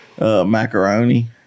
Macaroni